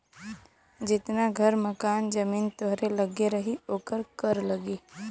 जितना घर मकान जमीन तोहरे लग्गे रही ओकर कर लगी